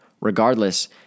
Regardless